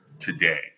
Today